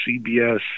CBS